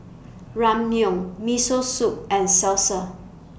Ramyeon Miso Soup and Salsa